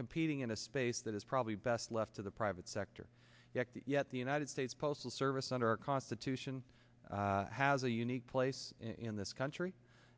competing in a space that is probably best left to the private sector yet the united states postal service under our constitution has a unique place in this country